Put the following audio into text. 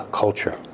culture